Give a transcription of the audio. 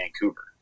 Vancouver